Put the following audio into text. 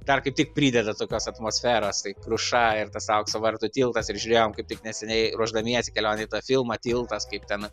dar kaip tik prideda tokios atmosferos tai kruša ir tas aukso vartų tiltas ir žiūrėjom kaip tik neseniai ruošdamiesi kelionei tą filmą tiltas kaip ten